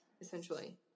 essentially